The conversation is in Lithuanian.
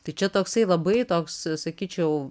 tai čia toksai labai toks sakyčiau